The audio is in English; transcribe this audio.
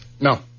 No